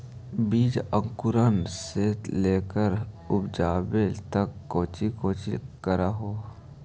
बीज अंकुरण से लेकर उपजाबे तक कौची कौची कर हो?